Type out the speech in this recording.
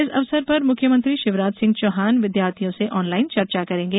इस अवसर पर मुख्यमंत्री शिवराज सिंह विद्यार्थियों से ऑनलाईन चर्चा करेंगे